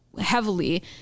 heavily